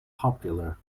popular